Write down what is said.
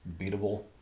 beatable